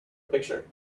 picture